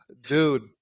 dude